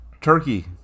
turkey